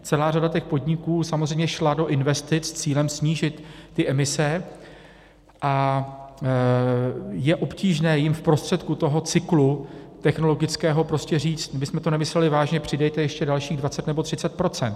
Celá řada těch podniků samozřejmě šla do investic s cílem snížit emise a je obtížné jim v prostředku toho technologického cyklu prostě říct: my jsme to nemysleli vážně, přidejte ještě dalších 20 nebo 30 %.